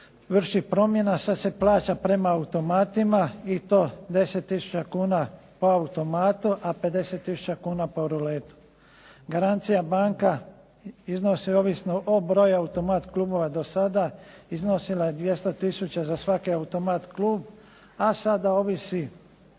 vrši promjena, sad se plaća prema automatima i to 10000 kuna po automatu, a 50000 kuna po ruletu. Garancija banka iznosi ovisno o broju automat klubova do sada iznosila je 200000 za svaki automatklub, a sada ovisi